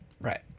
Right